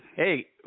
Hey